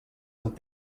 amb